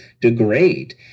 degrade